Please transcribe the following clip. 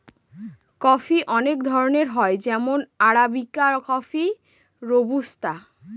coffee অনেক ধরনের হয় যেমন আরাবিকা কফি, রোবুস্তা